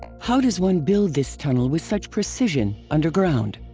how does one build this tunnel with such precision underground?